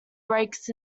breaks